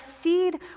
seed